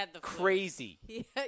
crazy